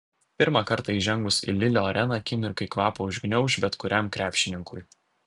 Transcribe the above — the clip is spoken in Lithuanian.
pirmą kartą įžengus į lilio areną akimirkai kvapą užgniauš bet kuriam krepšininkui